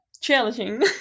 challenging